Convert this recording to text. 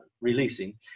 releasing